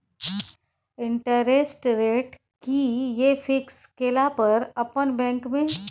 Interest rate कि ये fix केला पर अपन बैंक में?